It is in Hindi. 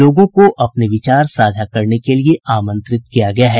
लोगों को अपने विचार साझा करने के लिए आंमत्रित किया गया है